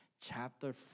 chapter